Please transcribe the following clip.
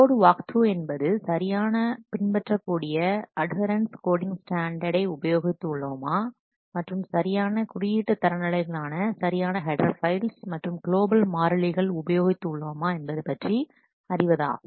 code walkthrough என்பது சரியான பின்பற்றக்கூடிய அடுகரெண்ட்ஸ் கோடிங் ஸ்டாண்டர்ட்ஸ் உபயோகித்து உள்ளோமா மற்றும் சரியான குறியீட்டு தரநிலைகளான சரியான கெட்டர்பைல்ஸ் மற்றும் குலோபல் மாறிலிகள் உபயோகித்து உள்ளோமா என்பதுபற்றி அறிவதாகும்